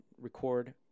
record